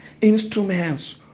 instruments